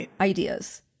ideas